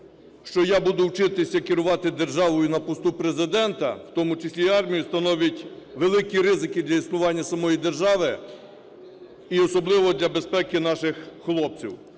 що я буду вчитися керувати державою на посту Президента, в тому числі і армією, становить великі ризики для існування самої держави і особливо для безпеки наших хлопців.